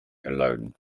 alone